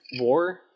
war